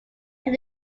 can